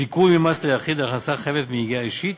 (זיכוי ממס ליחיד על הכנסה חייבת מיגיעה אישית),